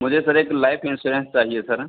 मुझे सर एक life insurance चाहिए सर